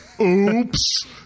Oops